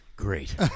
great